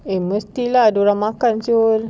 eh mesti lah dia orang makan [siol]